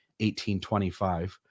1825